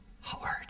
hard